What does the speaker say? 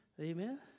Amen